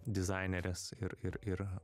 dizainerės ir ir ir